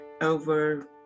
over